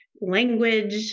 language